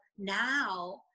now